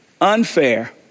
unfair